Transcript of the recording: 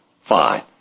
Fine